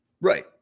right